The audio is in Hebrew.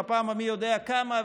בפעם המי יודע כמה,